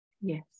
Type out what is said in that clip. Yes